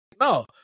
no